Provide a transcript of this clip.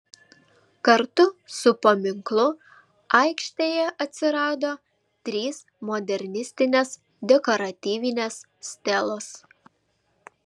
kartu su paminklu aikštėje atsirado trys modernistinės dekoratyvinės stelos